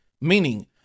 meaning